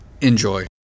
Enjoy